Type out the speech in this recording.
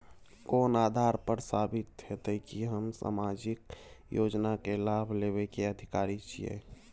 कोन आधार पर साबित हेते की हम सामाजिक योजना के लाभ लेबे के अधिकारी छिये?